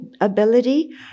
ability